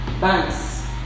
Banks